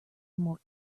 more